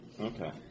Okay